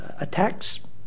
attacks